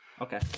Okay